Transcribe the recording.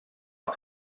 not